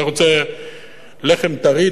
אתה רוצה לחם טרי?